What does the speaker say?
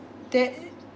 there